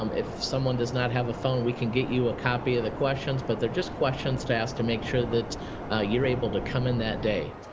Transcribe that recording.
um if someone does not have a phone we can get you a copy of the questions but they're just questions to ask to make sure that you're able to come in that day.